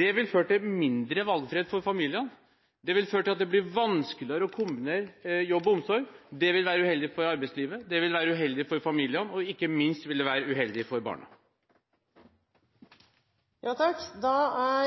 Det vil føre til mindre valgfrihet for familiene, og det vil føre til at det blir vanskeligere å kombinere jobb og omsorg. Det vil være uheldig for arbeidslivet, og det vil være uheldig for familiene. Ikke minst vil det være uheldig for barna. Nei,